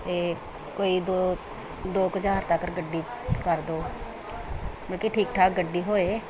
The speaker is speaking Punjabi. ਅਤੇ ਕੋਈ ਦੋ ਦੋ ਕੁ ਹਜ਼ਾਰ ਤੱਕ ਗੱਡੀ ਕਰ ਦਿਉ ਮਲ ਕਿ ਠੀਕ ਠਾਕ ਗੱਡੀ ਹੋਏ